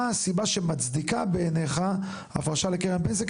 הסיבה שמצדיקה בעיניך הפרשה לקרן פנסיה.